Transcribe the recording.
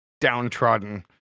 downtrodden